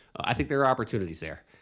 i think there are opportunities there.